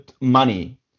money